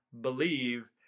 believe